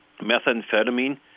methamphetamine